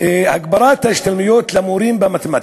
להגביר את ההשתלמויות למורים במתמטיקה,